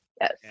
Yes